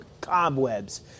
cobwebs